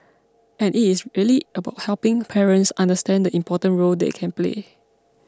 and it is really about helping parents understand the important role they can play